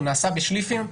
הוא נעשה בשליפים,